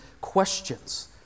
questions